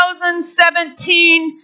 2017